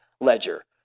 ledger